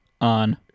On